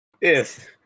Yes